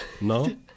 No